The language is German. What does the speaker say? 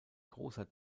großer